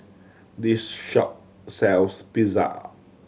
this shop sells Pizza